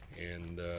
and